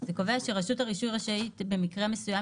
קובע שרשות הרישוי רשאית במקרה מסוים,